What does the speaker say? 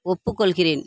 ஒப்புக்கொள்கிறேன்